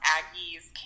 Aggie's